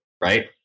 right